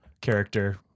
character